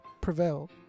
Prevail